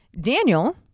Daniel